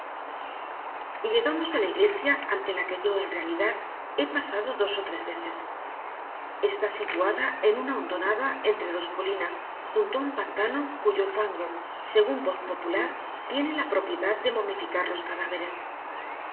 excomulgados llegamos a la iglesia ante la que yo en realidad he pasado dos o tres veces está situada en una hondonada entre dos colinas junto a un pantano cuyo fango según voz popular tiene la propiedad de momificar los cadáveres